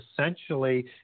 essentially